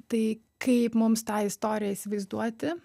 tai kaip mums tą istoriją įsivaizduoti